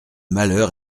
malheur